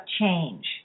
change